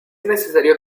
necesario